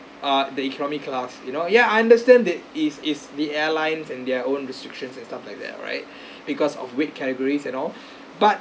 uh the economy class you know ya I understand that is is the airlines and their own restrictions and stuff like that alright because of weight categories and all but